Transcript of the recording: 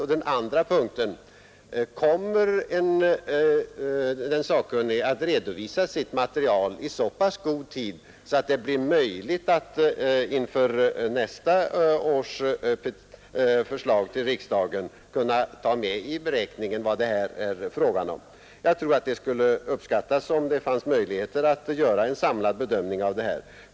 Den andra punkten gäller huruvida den sakkunnige kommer att redovisa sitt material i så pass god tid att det blir möjligt att i nästa års statsverksproposition ta med i beräkningen vad det här är fråga om. Jag tror att det skulle uppskattas, om det funnes möjligheter att göra en samlad bedömning.